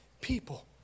people